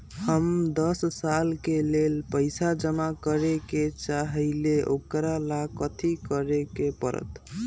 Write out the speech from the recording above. हम दस साल के लेल पैसा जमा करे के चाहईले, ओकरा ला कथि करे के परत?